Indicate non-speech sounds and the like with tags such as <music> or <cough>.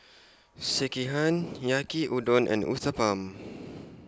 Sekihan Yaki Udon and Uthapam <noise>